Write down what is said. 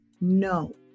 no